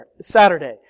Saturday